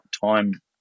time